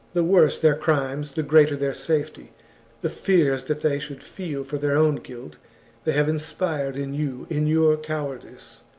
the worse their crimes the greater their safety the fears that they should feel for their own guilt they have inspired in you in your cowardice.